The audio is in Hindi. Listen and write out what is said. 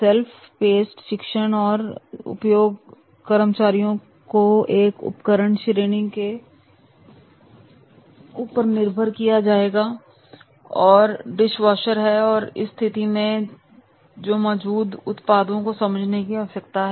सेल्फ पेस्ट शिक्षण का उपयोग कर्मचारियों को एक उपकरण श्रेणी के बारे में निर्देश देने के लिए किया जाता है जो डिश वॉशर है इसलिए इस स्थिति में चोर में मौजूद उत्पादों को समझने की आवश्यकता है